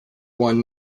one